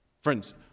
Friends